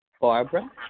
Barbara